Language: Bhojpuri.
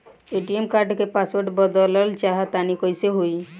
ए.टी.एम कार्ड क पासवर्ड बदलल चाहा तानि कइसे होई?